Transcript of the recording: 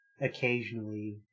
occasionally